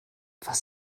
was